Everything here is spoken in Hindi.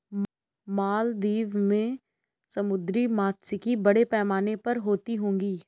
मालदीव में समुद्री मात्स्यिकी बड़े पैमाने पर होती होगी